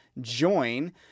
join